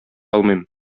алмыйм